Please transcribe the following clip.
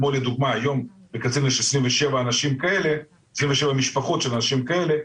כמו לדוגמא בקצרין שהיום יש בה 27 משפחות של אנשים כאלה,